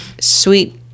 sweet